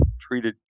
treated